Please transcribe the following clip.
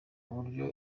buryo